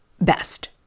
best